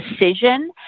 decision